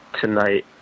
tonight